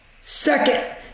Second